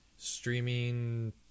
streaming